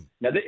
Now